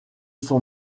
son